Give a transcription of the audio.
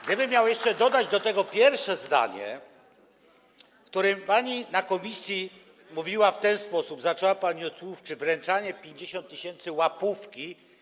Gdybym miał jeszcze dodać do tego pierwsze zdanie, w którym pani na posiedzeniu komisji mówiła w ten sposób, zaczęła pani pod słów: czy wręczanie 50 tys. łapówki.